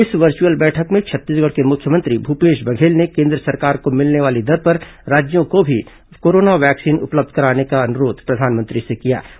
इस वर्चुअल बैठक में छत्तीसगढ़ के मुख्यमंत्री भूपेश बघेल ने केन्द्र सरकार को मिलने वाली दर पर राज्यों को भी कोरोना वैक्सीन उपलब्ध कराने का प्रधानमंत्री से अनुरोध किया